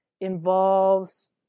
involves